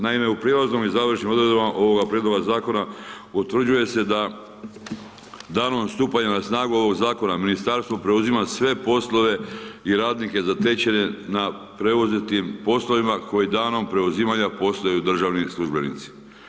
Naime, u prijelaznom i završnim odredbama ovoga prijedloga Zakona, utvrđuje se da danom stupanja na snagu ovoga Zakona, Ministarstvo preuzima sve poslove i radnike zatečene na preuzetim poslovima koji danom preuzimanja postaju državni službenici.